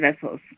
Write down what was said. vessels